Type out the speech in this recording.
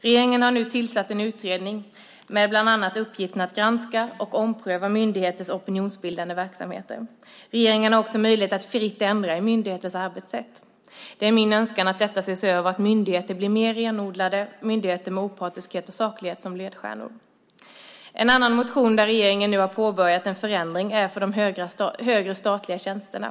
Regeringen har tillsatt en utredning med bland annat uppgiften att granska och ompröva myndigheters opinionsbildande verksamhet. Regeringen har också möjlighet att fritt ändra i myndigheters arbetssätt. Det är min önskan att detta ses över och att myndigheter blir mer renodlade myndigheter med opartiskhet och saklighet som ledstjärnor. Det finns en annan motion där regeringen har påbörjat en förändring. Det gäller de högre statliga tjänsterna.